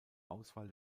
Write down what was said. auswahl